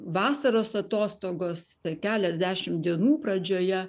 vasaros atostogos tai keliasdešim dienų pradžioje